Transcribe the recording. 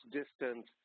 distance